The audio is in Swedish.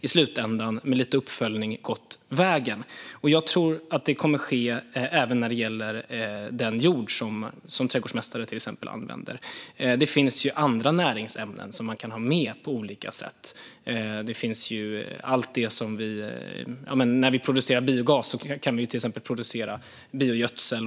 I slutändan, efter en viss uppföljning, har det gått vägen. Jag tror att det kommer att ske även när det gäller den jord som trädgårdsmästare använder. Det finns andra näringsämnen som man kan ta med på olika sätt. När vi producerar biogas kan vi till exempel producera biogödsel.